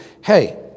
Hey